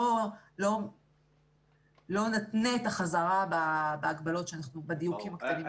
לא נתנה את החזרה בדיוקים הקטנים האלה.